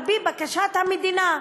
על-פי בקשת המדינה.